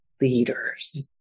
leaders